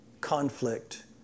conflict